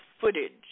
footage